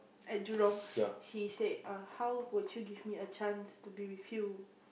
at Jurong he said uh how could you give me a chance to be with you